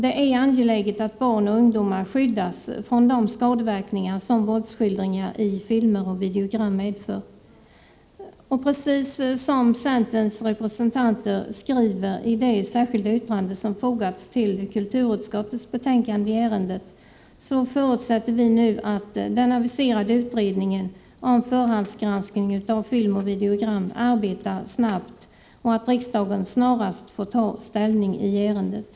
Det är angeläget att barn och ungdomar skyddas från de skadeverkningar som våldsskildringar i filmer och videogram medför. Precis som centerns representanter skriver i den avvikande mening som fogats till kulturutskottets yttrande förutsätter vi nu att den aviserade utredningen om förhandsgranskning av film och videogram arbetar snabbt och att riksdagen snarast får ta ställning till förslag i ärendet.